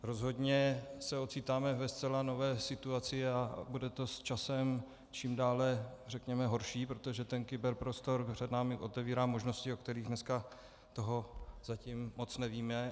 Rozhodně se ocitáme ve zcela nové situaci a bude to časem čím dále, řekněme, horší, protože ten kyberprostor před námi otevírá možnosti, o kterých dneska toho zatím moc nevíme.